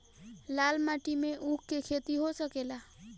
लाल माटी मे ऊँख के खेती हो सकेला?